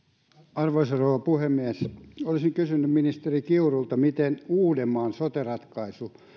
arvoisa rouva puhemies olisin kysynyt ministeri kiurulta miten uudenmaan sote ratkaisu